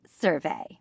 survey